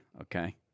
okay